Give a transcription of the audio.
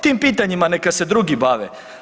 Tim pitanjima neka se drugi bave.